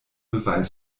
beweis